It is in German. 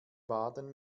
baden